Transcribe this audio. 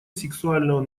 сексуального